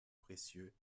précieux